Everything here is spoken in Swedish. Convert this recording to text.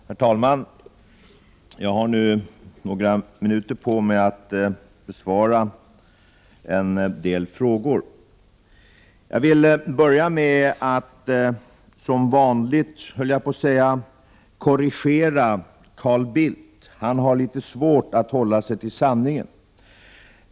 Herr talman! Jag har nu några minuter på mig att besvara en del frågor. Jag vill börja med att — som vanligt, höll jag på att säga — korrigera Carl Bildt. Han har litet svårt att hålla sig till sanningen.